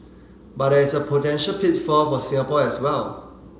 but there is a potential pitfall for Singapore as well